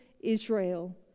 Israel